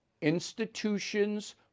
institutions